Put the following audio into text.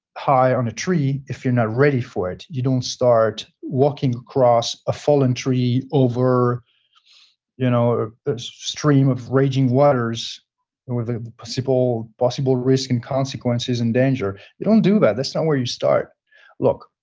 high on a tree if you're not ready for it. you don't start walking across a fallen tree over you know a stream of raging waters and with a possible possible risk in consequences and danger. you don't do that. that's not where you start look,